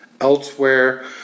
elsewhere